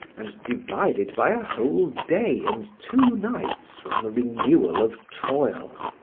and divided by a whole day and two nights from the renewal of toil.